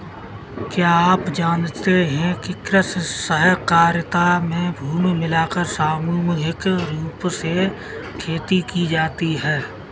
क्या आप जानते है कृषि सहकारिता में भूमि मिलाकर सामूहिक रूप से खेती की जाती है?